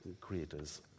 creators